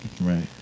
Right